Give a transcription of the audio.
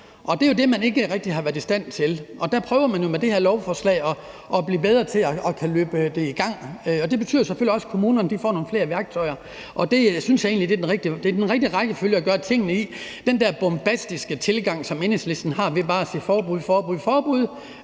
Det er jo det, man ikke rigtig har været i stand til, og der prøver man med det her lovforslag at blive bedre til at kunne løbe det i gang. Og det betyder selvfølgelig også, at kommunerne får nogle flere værktøjer, og det synes jeg egentlig også er den rigtige rækkefølge at gøre tingene i. Den der bombastiske tilgang, som Enhedslisten har, med bare at sige forbud og forbud,